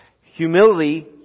Humility